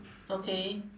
okay